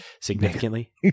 Significantly